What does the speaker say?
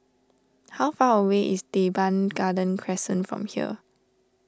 how far away is Teban Garden Crescent from here